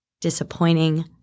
disappointing